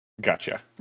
gotcha